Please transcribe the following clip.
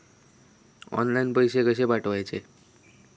Online पैसे कशे पाठवचे?